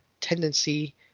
tendency